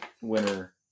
winner